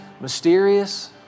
mysterious